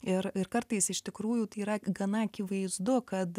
ir ir kartais iš tikrųjų tai yra gana akivaizdu kad